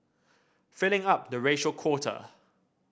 filling up the racial quota